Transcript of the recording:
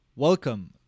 Welcome